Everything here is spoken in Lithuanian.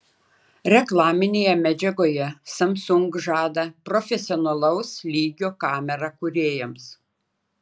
reklaminėje medžiagoje samsung žada profesionalaus lygio kamerą kūrėjams